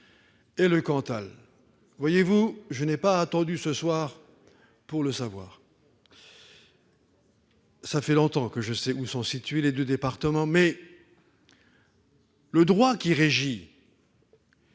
du Cantal ! Voyez-vous, je n'ai pas attendu ce soir pour le savoir : cela fait longtemps que je sais où se trouvent ces deux départements. Le droit qui régit